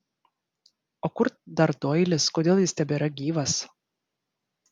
o kur dar doilis kodėl jis tebėra gyvas